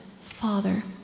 Father